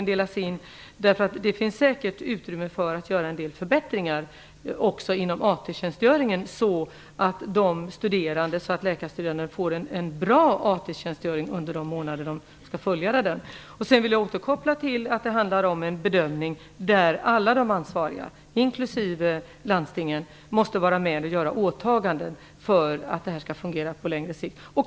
Det finns säkert utrymme för en del förbättringar också inom AT-tjänstgöringen, så att de läkarstuderande får en bra AT-tjänstgöring under de månader som de skall fullgöra den. Jag vill återkoppla till att det handlar om en bedömning i vilken alla de ansvariga, inklusive landstingen, måste vara med och göra åtaganden för att detta skall fungera på längre sikt.